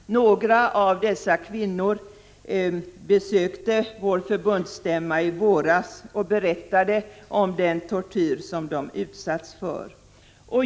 Några av dessa kvinnor besökte vår förbundsstämma i våras och berättade om den tortyr som de utsatts för.